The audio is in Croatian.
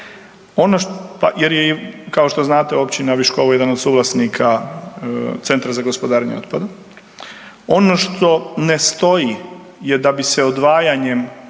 govorite jer je kao što znate općina Viškovo jedan od suvlasnika centra za gospodarenje otpadom. Ono što ne stoji je da bi se odvajanjem